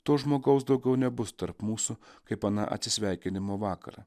to žmogaus daugiau nebus tarp mūsų kaip aną atsisveikinimo vakarą